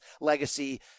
legacy